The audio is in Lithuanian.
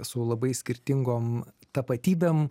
su labai skirtingom tapatybėms